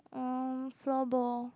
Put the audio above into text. um floorball